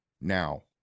now